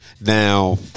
Now